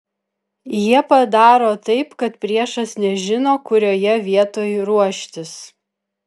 jie padaro taip kad priešas nežino kurioje vietoj ruoštis